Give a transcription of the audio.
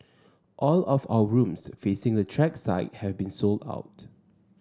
all of our rooms facing the track side have been sold out